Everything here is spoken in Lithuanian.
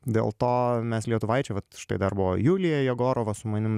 dėl to mes lietuvaičiai vat štai dar buvo julija jegorova su manim